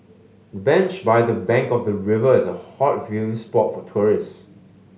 the bench by the bank of the river is a hot viewing spot for tourists